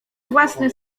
własny